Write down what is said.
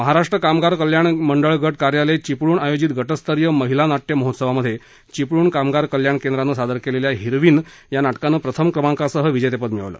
महाराष्ट्र कामगार कल्याण मंडळ गट कार्यालय चिपळूण आयोजित गटस्तरीय महिला नाट्य महोत्सवामध्ये चिपळूण कामगार कल्याण केंद्रानं सादर केलेल्या हिरवीन या नाटकान प्रथम क्रमांकासह विजेतेपद मिळवलं